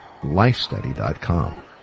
lifestudy.com